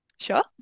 sure